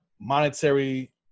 monetary